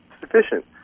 sufficient